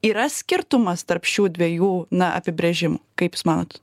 yra skirtumas tarp šių dviejų na apibrėžimų kaip jūs manot